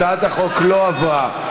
הצעת החוק לא עברה.